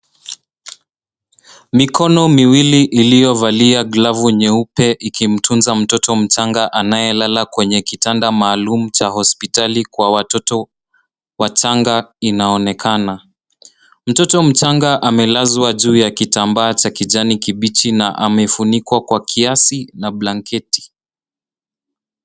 Mikono miwili iliyovalia glovu nyeupe ikimtunza mtoto mchanga anayelala kwenye kitanda maalum cha hospitali kwa watoto wachanga inaonekana. Mtoto mchanga amelazwa juu ya kitambaa cha kijani kibichi na amefunikwa kwa kiasi na blanketi.